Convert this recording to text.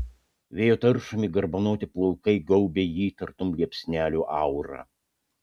vėjo taršomi garbanoti plaukai gaubia jį tartum liepsnelių aura